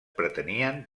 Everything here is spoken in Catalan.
pretenien